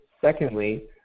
secondly